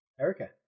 Erica